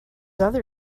other